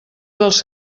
dels